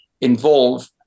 involved